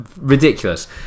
ridiculous